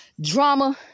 drama